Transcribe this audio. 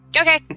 Okay